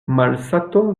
malsato